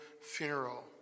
funeral